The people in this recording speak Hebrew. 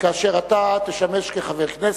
כאשר אתה תשמש כחבר כנסת,